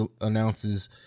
announces